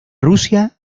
rusia